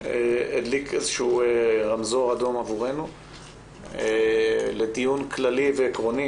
הדליק אור אדום עבורנו לקיום דיון כללי ועקרוני